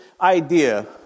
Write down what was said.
idea